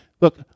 look